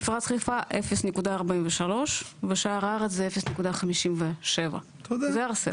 מפרץ חיפה 0.43 ושאר הארץ זה 0.57, זה ארסן.